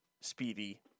Speedy